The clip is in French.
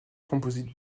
composite